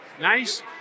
nice